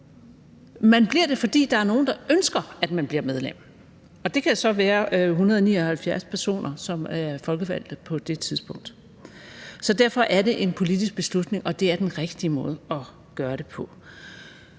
Man bliver det, fordi der er nogen, der ønsker, at man bliver medlem, og det kan så være 179 personer, som er folkevalgte på det tidspunkt. Derfor er det en politisk beslutning, og det er den rigtige måde at gøre det på.